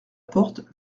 porte